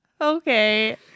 Okay